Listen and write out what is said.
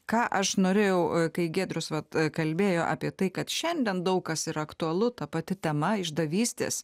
ką aš norėjau kai giedrius vat kalbėjo apie tai kad šiandien daug kas yra aktualu ta pati tema išdavystės